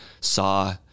saw